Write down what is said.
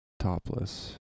topless